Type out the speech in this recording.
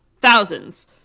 thousands